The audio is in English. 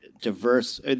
diverse